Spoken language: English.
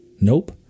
Nope